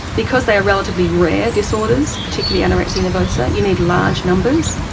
because they are relatively rare disorders, particularly anorexia nervosa, you need large numbers,